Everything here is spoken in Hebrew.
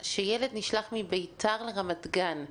אין רשות שעובדת בצורה שונה מהדרך הזאת,